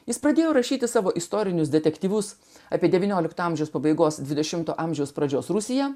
jis pradėjo rašyti savo istorinius detektyvus apie devyniolikto amžiaus pabaigos dvidešimto amžiaus pradžios rusiją